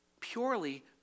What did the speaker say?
purely